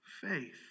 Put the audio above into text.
faith